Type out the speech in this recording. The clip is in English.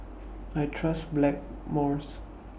I Trust Blackmores